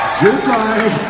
goodbye